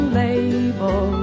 label